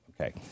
Okay